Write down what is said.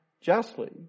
justly